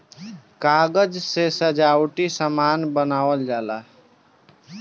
कागज से सजावटी सामान बनावल जाला